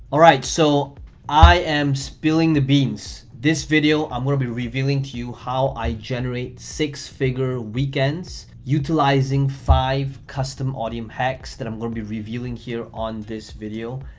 so i am spilling the beans. this video i'm gonna be revealing to you how i generate six-figure weekends, utilizing five custom audience hacks that i'm gonna be revealing here on this video.